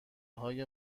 های